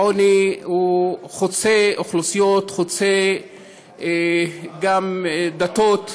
העוני הוא חוצה אוכלוסיות, גם חוצה דתות,